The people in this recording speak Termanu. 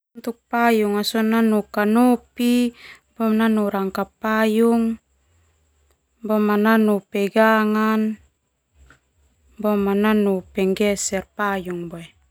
Payung nanu kanopi, rangka payung, boma nanu pegangan, boma nanu penggeser payung.